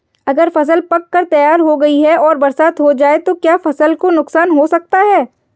अगर फसल पक कर तैयार हो गई है और बरसात हो जाए तो क्या फसल को नुकसान हो सकता है?